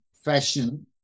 fashion